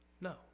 No